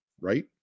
right